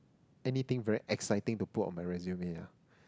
anything very exciting to put on my resume ah